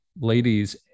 ladies